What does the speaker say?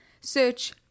search